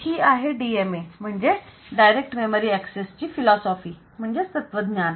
तर ही आहे DMA म्हणजेच डायरेक्ट मेमरी एक्सेस ची फिलोसोफी म्हणजेच तत्वज्ञान